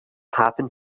happened